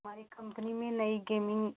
मेरी कंपनी में नई गेमिंग